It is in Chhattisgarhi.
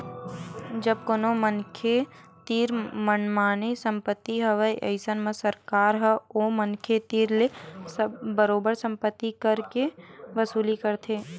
जब कोनो मनखे तीर मनमाड़े संपत्ति हवय अइसन म सरकार ह ओ मनखे तीर ले बरोबर संपत्ति कर के वसूली करथे